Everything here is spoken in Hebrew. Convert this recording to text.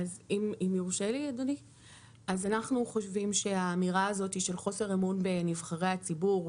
אנחנו חושבים שהאמירה הזאת של חוסר אמון בנבחרי הציבור,